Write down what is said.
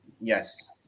Yes